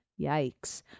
Yikes